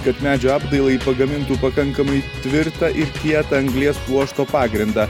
kad medžio apdailai pagamintų pakankamai tvirta ir kietą anglies pluošto pagrindą